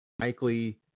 Likely